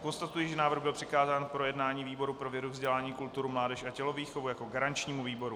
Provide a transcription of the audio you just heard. Konstatuji, že návrh byl přikázán k projednání výboru pro vědu, vzdělání, kulturu, mládež a tělovýchovu jako garančnímu výboru.